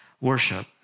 worship